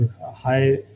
high